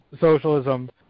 socialism